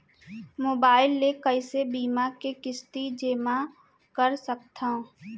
Mobile ले कइसे बीमा के किस्ती जेमा कर सकथव?